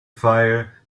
fire